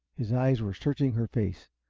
his eyes were searching her face.